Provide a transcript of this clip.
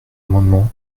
amendement